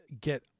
get